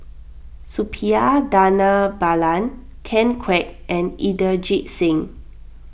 Suppiah Dhanabalan Ken Kwek and Inderjit Singh